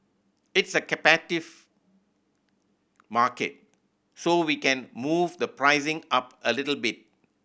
it's a captive market so we can move the pricing up a little bit